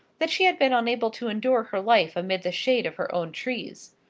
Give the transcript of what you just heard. that she had been unable to endure her life amidst the shade of her own trees.